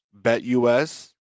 BetUS